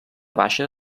baixa